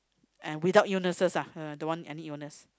and without illnesses ah don't want any illness